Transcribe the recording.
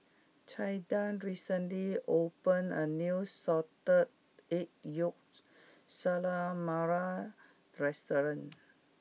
Caiden recently opened a new Salted Egg Yolk Calamari restaurant